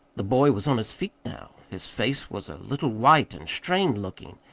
the boy was on his feet now. his face was a little white and strained-looking,